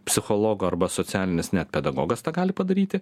psichologo arba socialinis net pedagogas tą gali padaryti